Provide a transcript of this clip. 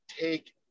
take